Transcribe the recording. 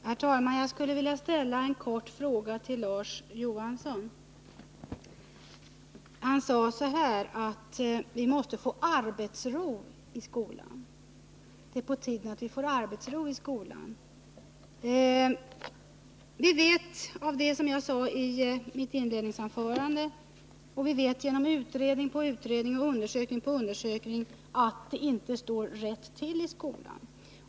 Herr talman! Jag skulle vilja ställa en kort fråga till Larz Johansson. Han sade att det är på tiden att vi får arbetsro i skolan. Av mitt inledningsanförande och av utredning efter utredning och undersökning efter undersökning har det framgått att det inte står rätt till i skolan.